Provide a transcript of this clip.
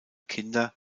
kinder